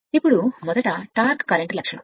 ఇప్పుడు మొదట torque current లక్షణం